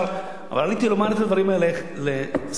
אבל עליתי לומר את הדברים האלה לסגן השר,